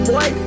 Boy